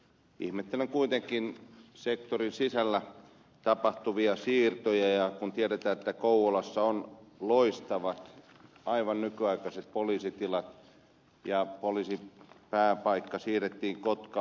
ihmettelen kuitenkin sektorin sisällä tapahtuvia siirtoja kun tiedetään että kouvolassa on loistavat aivan nykyaikaiset poliisitilat ja poliisin pääpaikka siirrettiin kotkaan